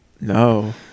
no